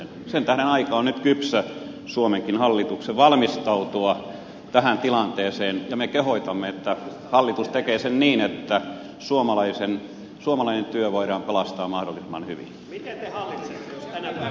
sen tähden aika on nyt kypsä suomenkin hallituksen valmistautua tähän tilanteeseen ja me kehotamme että hallitus tekee sen niin että suomalainen työ voidaan pelastaa mahdollisimman hyvin